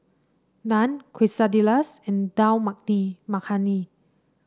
Naan Quesadillas and Dal Makhani